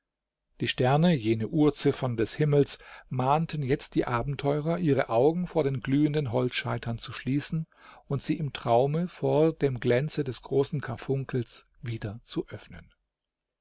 die sterne jene uhrziffern des himmels mahnten jetzt die abenteurer ihre augen vor den glühenden holzscheitern zu schließen und sie im traume vor dem glänze des großen karfunkels wieder zu öffnen